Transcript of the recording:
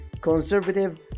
Conservative